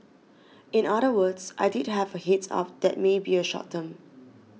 in other words I did have a heads up that may be a short term